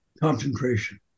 concentration